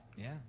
yeah,